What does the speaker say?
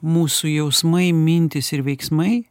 mūsų jausmai mintys ir veiksmai